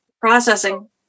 processing